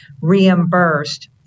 reimbursed